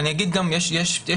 זה